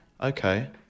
Okay